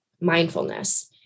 mindfulness